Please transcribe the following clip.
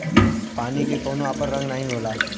पानी के कउनो आपन रंग नाही होला